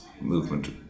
movement